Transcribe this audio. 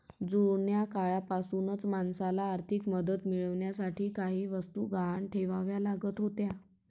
जुन्या काळापासूनच माणसाला आर्थिक मदत मिळवण्यासाठी काही वस्तू गहाण ठेवाव्या लागत होत्या